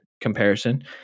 comparison